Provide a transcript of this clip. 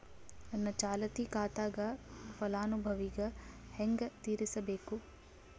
ನನ್ನ ಚಾಲತಿ ಖಾತಾಕ ಫಲಾನುಭವಿಗ ಹೆಂಗ್ ಸೇರಸಬೇಕು?